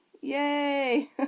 Yay